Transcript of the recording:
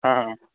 आ हा